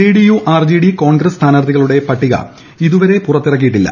JDU RJD Congress സ്ഥാനാർത്ഥികളുടെ പട്ടിക ഇതുവരെ പുറത്തിറക്കിയിട്ടില്ല